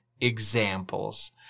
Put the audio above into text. examples